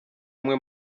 umwe